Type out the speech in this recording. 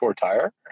tire